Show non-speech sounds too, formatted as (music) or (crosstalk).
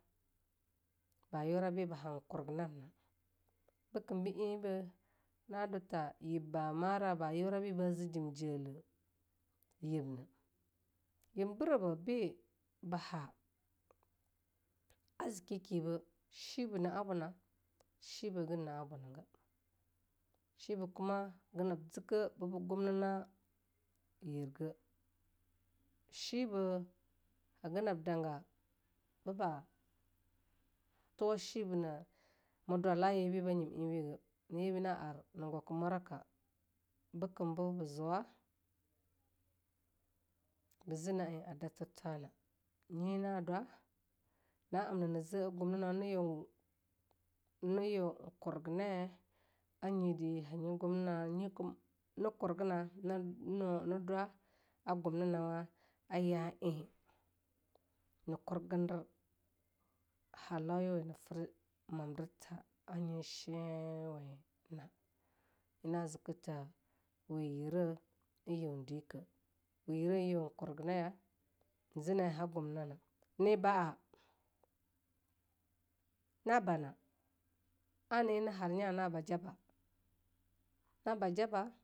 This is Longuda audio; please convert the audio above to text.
Bayora biba hankur naar Bikem be eibe na due tha yib ba mora, ba yura be ba zi jimjelen yibne, yib birebi be ba ha azzikeyakibe shi be na'abum shibe hagen na'a bunaga, shibe kuma haga nab zike ke ba gumna yi ge, shi-be haga nab daga be ba toew shibe na be dwala nyebe ba yim eibege. nyina eibe na ar ne gwaka moraka bikem be ba zuwa be zi na ai a datir twa'a nyi na dwa, na amna a gumnanawa na yi (in) kurgeneya anyi de hanyi gunera (in) na kurgena (in) na dwa a gumnawa a yaei na kurgender halawe na fir motirtha a nyi shi we-na na zike the we yire en yue dinka, we yire en yu dinke, we yire yu kirgenaye en zi naei ha gumnana. ne ba'a, na bana, ana ei na har nya na ba jaba'a na ba jaba'a.